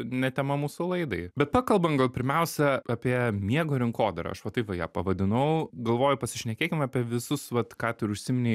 ne tema mūsų laidai bet pakalbam gal pirmiausia apie miego rinkodarą aš va taip va ją pavadinau galvoju pasišnekėkim apie visus vat ką tu ir užsiminei